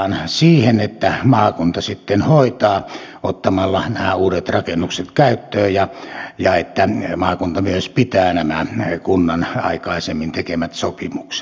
luotetaan siihen että maakunta sitten hoitaa ottamalla nämä uudet rakennukset käyttöön ja että maakunta myös pitää nämä kunnan aikaisemmin tekemät sopimukset